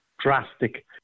drastic